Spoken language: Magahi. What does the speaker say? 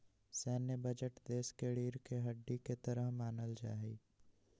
सैन्य बजट देश के रीढ़ के हड्डी के तरह मानल जा हई